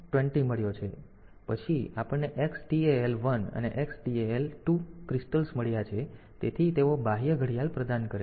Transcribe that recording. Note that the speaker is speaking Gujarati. પછી આપણને Xtal 1 અને Xtal 2 સ્ફટિકો મળ્યા છે તેથી તેઓ બાહ્ય ઘડિયાળ પ્રદાન કરે છે